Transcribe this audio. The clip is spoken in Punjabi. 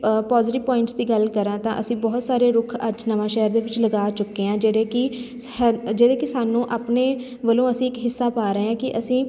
ਪੋਜੀਟਿਵ ਪੁਆਇੰਟਸ ਦੀ ਗੱਲ ਕਰਾਂ ਤਾਂ ਅਸੀਂ ਬਹੁਤ ਸਾਰੇ ਰੁੱਖ ਅੱਜ ਨਵਾਂਸ਼ਹਿਰ ਦੇ ਵਿੱਚ ਲਗਾ ਚੁੱਕੇ ਹਾਂ ਜਿਹੜੇ ਕਿ ਜਿਹੜੇ ਕਿ ਸਾਨੂੰ ਆਪਣੇ ਵੱਲੋਂ ਅਸੀਂ ਇੱਕ ਹਿੱਸਾ ਪਾ ਰਹੇ ਹਾਂ ਕਿ ਅਸੀਂ